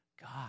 God